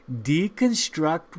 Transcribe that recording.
Deconstruct